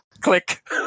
Click